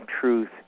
truth